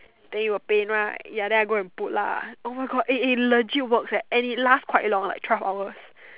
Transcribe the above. then it will pain right ya then I go and put lah oh my God eh it legit works and it lasts quite long like twelve hours